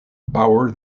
bauer